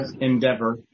endeavor